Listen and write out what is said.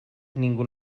ningú